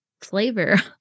flavor